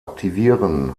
aktivieren